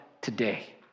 today